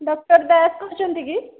doctor Das କହୁଛନ୍ତି କି